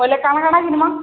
ବେଲେ କା'ଣା କା'ଣା ଘିନ୍ମା